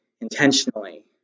intentionally